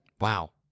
Wow